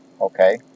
okay